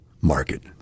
market